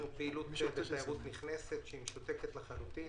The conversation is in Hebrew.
הפעילות של תיירות נכנסת משותקת לחלוטין.